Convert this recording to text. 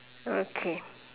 okay